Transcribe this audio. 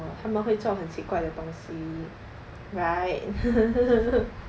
他们会做很奇怪的东西 right